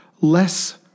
less